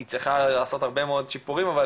היא צריכה לעשות הרבה מאוד שיפורים, אבל